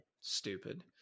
Stupid